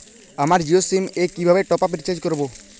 আমার জিও সিম এ কিভাবে টপ আপ রিচার্জ করবো?